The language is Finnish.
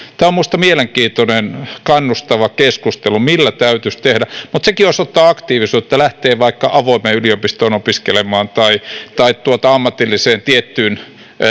tämä on minusta mielenkiintoinen kannustava keskustelu mitä täytyisi tehdä mutta sekin osoittaa aktiivisuutta että lähtee vaikka avoimeen yliopistoon opiskelemaan tai tai ammatilliseen tiettyyn